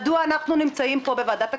מדוע אנחנו נמצאים פה בוועדת הכספים,